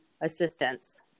assistance